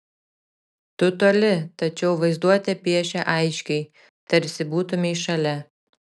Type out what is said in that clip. tu toli tačiau vaizduotė piešia aiškiai tarsi būtumei šalia